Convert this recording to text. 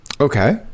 okay